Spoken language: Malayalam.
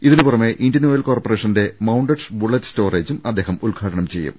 ഇതിനുപുറമെ ഇന്ത്യൻ ഓയിൽ കോർപ്പറേ ഷന്റെ മൌണ്ടഡ് ബുള്ളറ്റ് സ്റ്റോറേജും അദ്ദേഹം ഉദ്ഘാടനം ചെയ്യും